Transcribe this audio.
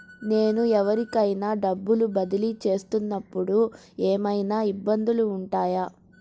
నేను ఎవరికైనా డబ్బులు బదిలీ చేస్తునపుడు ఏమయినా ఇబ్బందులు వుంటాయా?